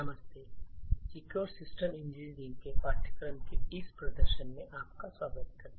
नमस्ते secure system engineering के पाठ्यक्रम के इस प्रदर्शन में आपका स्वागत करते हैं